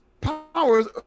powers